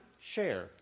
share